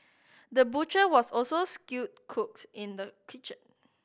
the butcher was also skilled cook in the kitchen